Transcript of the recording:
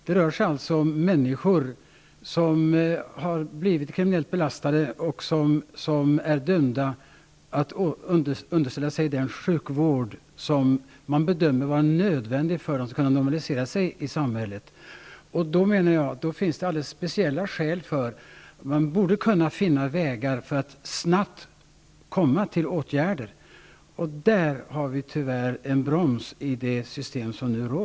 Det är fråga om människor som är kriminellt belastade och som är dömda att underställa sig den sjukvård som bedöms vara nödvändig för att de skall kunna anpassa sig till samhället. Därför finns det alldeles speciella skäl för att försöka finna vägar att snabbt sätta in åtgärder. Där utgör det system som nu råder tyvärr en broms.